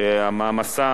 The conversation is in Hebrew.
שהמעמסה,